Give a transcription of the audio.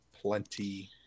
plenty